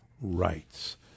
rights